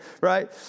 right